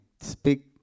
speak